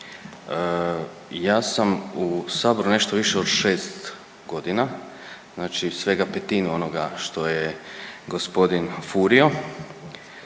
Ja sam u saboru nešto više od 6 godina, znači svega petinu onoga što je gospodin Furio,